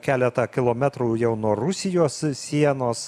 keletą kilometrų jau nuo rusijos sienos